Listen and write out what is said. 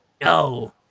No